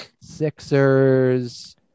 Sixers